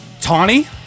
Tawny